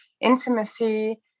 intimacy